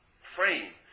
frame